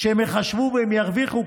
שהם יחשבו והם ירוויחו,